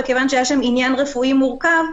וכיוון שהיה שם עניין רפואי מורכב,